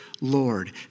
Lord